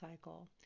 cycle